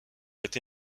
été